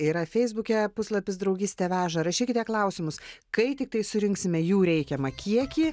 yra feisbuke puslapis draugystė veža rašykite klausimus kai tiktais surinksime jų reikiamą kiekį